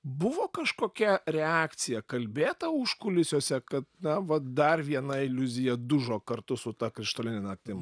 buvo kažkokia reakcija kalbėta užkulisiuose kad na vat dar viena iliuzija dužo kartu su ta krištoline naktim